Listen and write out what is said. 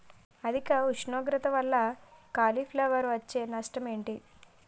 అధిక ఉష్ణోగ్రత వల్ల కాలీఫ్లవర్ వచ్చే నష్టం ఏంటి?